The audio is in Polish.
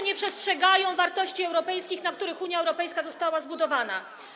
nie przestrzegają wartości europejskich, na których Unia Europejska została zbudowana.